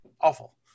awful